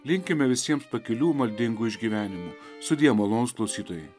linkime visiems pakilių maldingų išgyvenimų sudie molonūs klausytojai